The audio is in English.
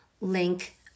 link